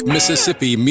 Mississippi